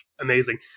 amazing